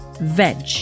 veg